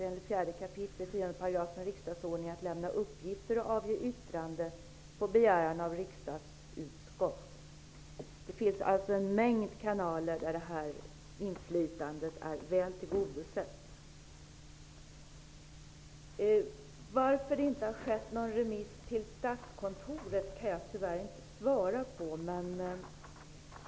riksdagsordningen att lämna uppgifter och avge yttranden på begäran av riksdagsutskott. Det finns alltså en mängd kanaler där det här inflytandet är väl tillgodosett. Varför det inte har skett någon remiss till statskontoret kan jag tyvärr inte svara på.